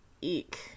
eek